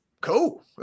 cool